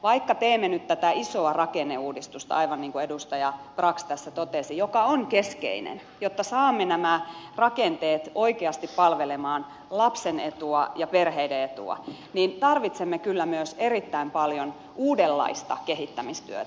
vaikka teemme nyt tätä isoa rakenneuudistusta aivan niin kuin edustaja brax tässä totesi joka on keskeinen jotta saamme nämä rakenteet oikeasti palvelemaan lapsen etua ja perheiden etua niin tarvitsemme kyllä myös erittäin paljon uudenlaista kehittämistyötä